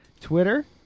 twitter